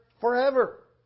forever